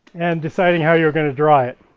and deciding how you're going to dry it.